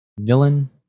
villain